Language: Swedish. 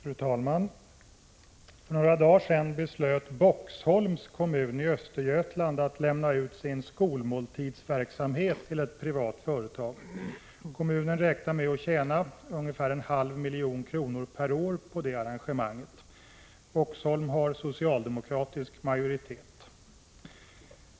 Fru talman! För några dagar sedan beslöt Boxholms kommun i Östergötland att lägga ut sin skolmåltidsverksamhet på ett privat företag. Kommunen räknar med att tjäna ungefär en halv miljon kronor per år på det arrangemanget. Boxholm har socialdemokratisk majoritet.